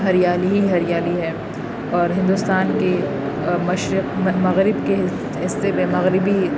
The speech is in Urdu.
ہریالی ہی ہریالی ہے اور ہندوستان کے مشرق مغرب کے حص حصے میں مغربی